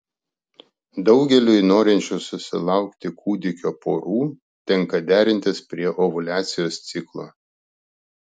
daugeliui norinčių susilaukti kūdikio porų tenka derintis prie ovuliacijos ciklo